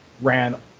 ran